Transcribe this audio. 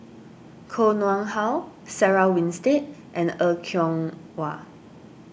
Koh Nguang How Sarah Winstedt and Er Kwong Wah